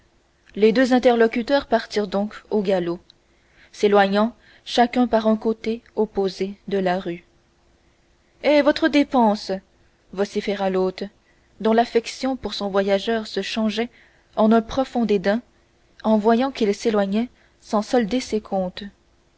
les deux interlocuteurs partirent donc au galop s'éloignant chacun par un côté opposé de la rue eh votre dépense vociféra l'hôte dont l'affection pour son voyageur se changeait en un profond dédain en voyant qu'il s'éloignait sans solder ses comptes